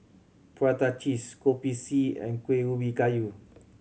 prata cheese Kopi C and Kueh Ubi Kayu